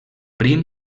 prim